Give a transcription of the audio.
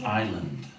island